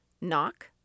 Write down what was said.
Knock